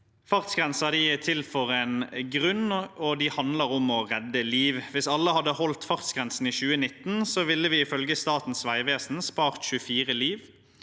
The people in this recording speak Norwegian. Fartsgrenser er til av en grunn, og de handler om å redde liv. Hvis alle hadde holdt fartsgrensen i 2019, ville vi ifølge Statens vegvesen spart 24 liv,